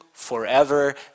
forever